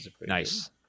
Nice